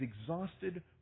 exhausted